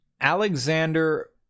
Alexander